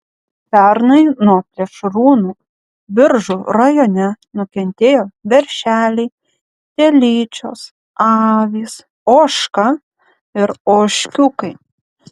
pernai nuo plėšrūnų biržų rajone nukentėjo veršeliai telyčios avys ožka ir ožkiukai